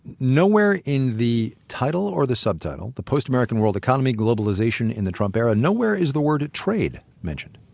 nowhere in the title or the subtitle, the post-american world economy globalization in the trump era, nowhere is the word trade mentioned